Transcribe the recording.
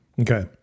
Okay